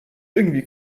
irgendwie